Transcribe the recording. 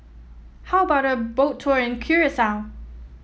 how about a Boat Tour in Curacao